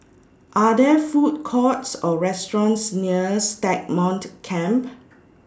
Are There Food Courts Or restaurants near Stagmont Camp